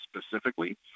specifically